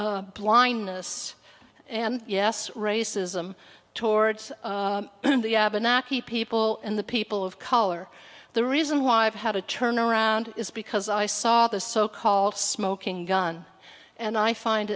blindness and yes racism towards the abenaki people and the people of color the reason why i've had a turnaround is because i saw the so called smoking gun and i find